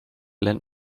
lend